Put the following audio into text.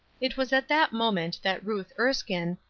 it was at that moment that ruth erskine,